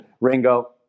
ringo